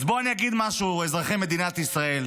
אז בואו אני אגיד משהו, אזרחי מדינת ישראל.